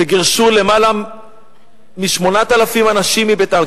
כשגירשו יותר מ-8,000 אנשים מביתם,